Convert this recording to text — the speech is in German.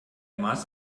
maß